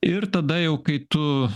ir tada jau kai tu